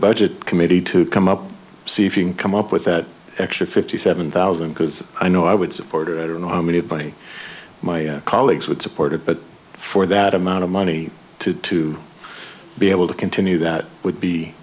budget committee to come up see if you can come up with that extra fifty seven thousand because i know i would support or know how many body my colleagues would support it but for that amount of money to to be able to continue that would be